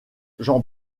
j’en